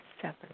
seven